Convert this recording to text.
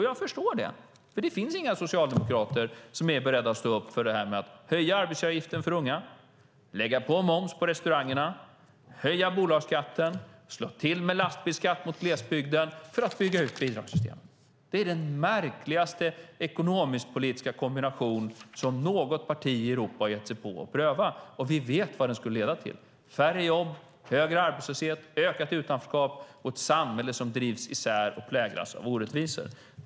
Jag förstår det, för det finns inga socialdemokrater som är beredda att stå upp för att höja arbetsgivaravgiften för unga, lägga på moms på restaurangerna, höja bolagsskatten och slå till med lastbilsskatt mot glesbygden för att bygga ut bidragssystemen. Det är den märkligaste ekonomisk-politiska kombination som något parti i Europa har gett sig på att pröva, och vi vet vad det skulle leda till: färre jobb, högre arbetslöshet, ökat utanförskap och ett samhälle som drivs isär och präglas av orättvisor.